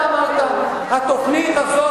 אתה אמרת: "התוכנית הזאת,